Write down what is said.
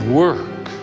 work